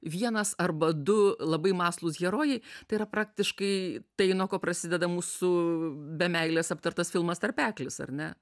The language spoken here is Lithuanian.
vienas arba du labai mąslūs herojai tai yra praktiškai tai nuo ko prasideda mūsų be meilės aptartas filmas tarpeklis ar ne